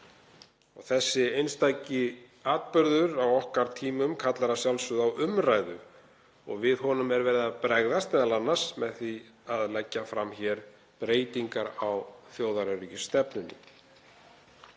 Þessi einstaki atburður á okkar tímum kallar að sjálfsögðu á umræðu og við honum er verið að bregðast, m.a. með því að leggja fram breytingar á þjóðaröryggisstefnunni.